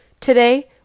Today